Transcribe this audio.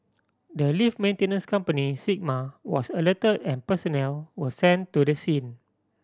the lift maintenance company Sigma was alert and personnel were sent to the scene